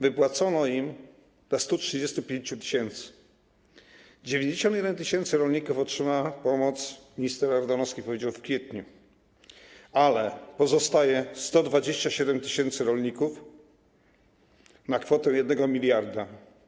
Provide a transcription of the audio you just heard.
Wypłacono im dla 135 tys. 91 tys. rolników otrzymało pomoc, jak minister Ardanowski powiedział, w kwietniu, ale pozostaje 127 tys. rolników i kwota 1 mld.